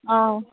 অঁ